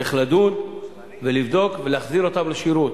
צריך לדון ולבדוק ולהחזיר אותם לשירות.